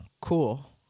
cool